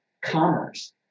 commerce